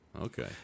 Okay